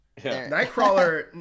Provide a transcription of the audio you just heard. Nightcrawler